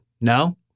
No